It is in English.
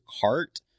cart